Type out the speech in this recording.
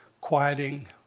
quieting